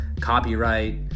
copyright